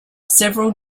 several